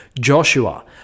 Joshua